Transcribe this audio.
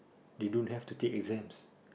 they don't have to take exams